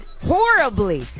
horribly